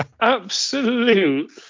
absolute